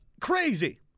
crazy